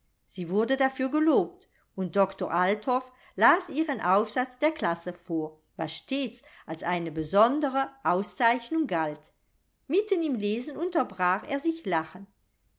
sie wurde dafür gelobt und doktor althoff las ihren aufsatz der klasse vor was stets als eine besondere auszeichnung galt mitten im lesen unterbrach er sich lachend